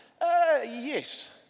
yes